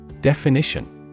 Definition